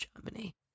Germany